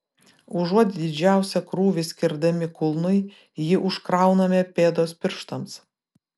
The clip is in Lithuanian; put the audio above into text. užuot didžiausią krūvį skirdami kulnui jį užkrauname pėdos pirštams